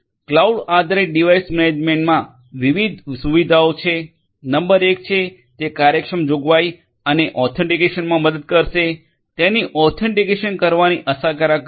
cloud આધારિત device મેનેજમેન્ટમાં વિવિધ સુવિધાઓ છે નંબર 1 છે તે કાર્યક્ષમ જોગવાઈ અને ઓથેન્ટિકેશનમાં મદદ કરશે તેની ઓથેન્ટિકેશન કરવાની અસરકારક રીત